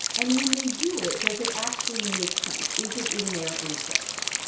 and when they do it, does it actually makes sense? is it in their interest?